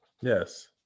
Yes